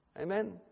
Amen